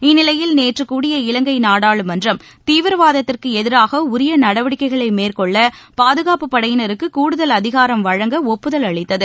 இந்நிலையில் நேற்று கூடிய இலங்கை நாடாளுமன்றம் தீவிரவாதத்திற்கு எதிராக உரிய நடவடிக்கைகளை மேற்கொள்ள பாதுகாப்புப் படையினருக்கு கூடுதல் அதிகாரம் வழங்க ஒப்புதல் அளித்தது